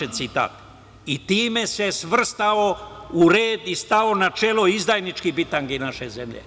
I time se svrstao u red i stao na čelo izdajničke bitange naše zemlje.